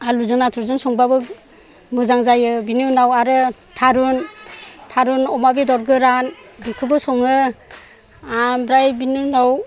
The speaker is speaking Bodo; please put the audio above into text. आलुजों नाथुरजों संबाबो मोजां जायो बिनि उनाव आरो थारुन थारुन अमा बेदर गोरान बेखौबो सङो ओमफ्राय बेनि उनाव